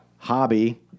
Hobby